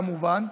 כמובן,